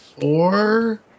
four